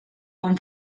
con